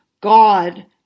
God